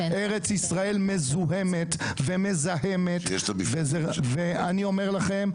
ארץ ישראל מזוהמת ומזהמת ואני אומר לכם,